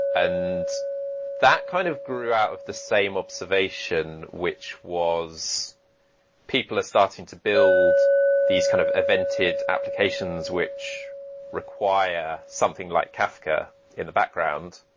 and that kind of grew out of the same observation which was people are starting to build these kind of evented applications which require something like kafka in the background,